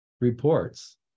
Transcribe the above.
reports